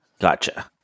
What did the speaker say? Gotcha